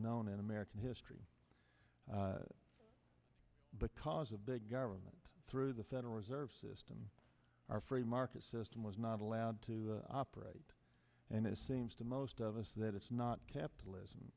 known in american history because of big government through the federal reserve system our free market system was not allowed to operate and it seems to most of us that it's not capitalism